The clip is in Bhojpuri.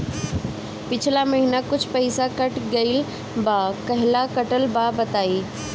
पिछला महीना कुछ पइसा कट गेल बा कहेला कटल बा बताईं?